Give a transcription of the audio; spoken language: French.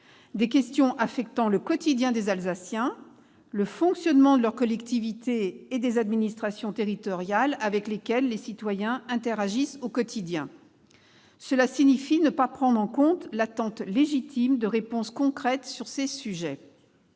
Celles-ci affectent le quotidien des Alsaciens, le fonctionnement de leur collectivité et des administrations territoriales, avec lesquelles ils interagissent. Refuser de discuter signifie ne pas prendre en compte l'attente légitime de réponses concrètes sur ces sujets.